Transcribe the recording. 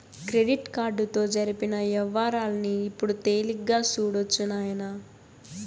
credit కార్డుతో జరిపిన యవ్వారాల్ని ఇప్పుడు తేలిగ్గా సూడొచ్చు నాయనా